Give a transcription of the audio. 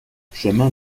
chemin